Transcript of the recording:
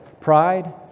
Pride